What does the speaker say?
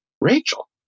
Rachel